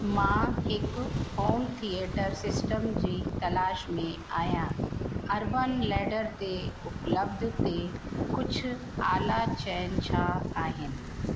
मां हिकु home theatre system जी तलाश में आहियां अर्बनलैडर ते उपलब्ध ते कुझु आला चयन छा आहिनि